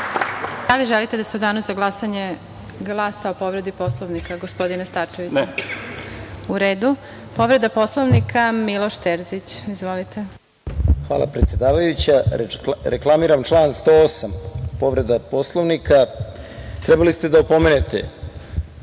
Da li želite da se u danu za glasanje glasa o povredi Poslovnika, gospodine Starčeviću? (Ne)U redu. Povreda Poslovnika, Miloš Terzić. Izvolite. **Miloš Terzić** Hvala, predsedavajuća. Reklamiram član 108, povreda Poslovnika. Trebali ste da opomenete